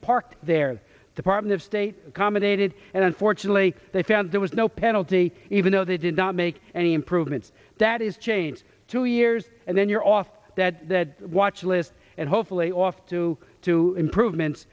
parked their department of state common aided and unfortunately they found there was no penalty even though they did not make any improvements that is change two years and then you're off that that watch list and hopefully off to two improvements